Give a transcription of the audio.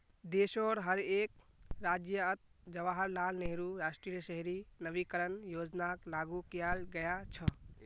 देशोंर हर एक राज्यअत जवाहरलाल नेहरू राष्ट्रीय शहरी नवीकरण योजनाक लागू कियाल गया छ